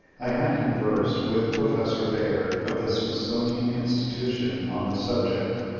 i had con versed with professor baird of the smithsonian institution on the subject,